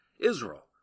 Israel